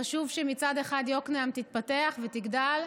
חשוב שמצד אחד יקנעם תתפתח ותגדל,